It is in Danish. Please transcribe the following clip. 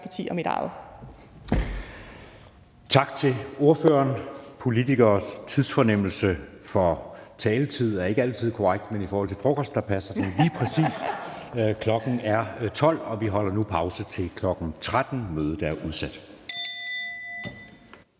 Tak til ordføreren. Politikeres tidsfornemmelse for taletid er ikke altid korrekt, men i forhold til frokost passer den lige præcis. Klokken er 12.00, og vi holder nu pause til kl. 13.00. Mødet er udsat.